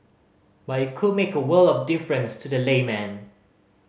but it could make a world of difference to the layman